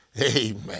Amen